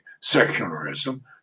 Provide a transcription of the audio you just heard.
Secularism